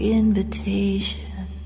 invitation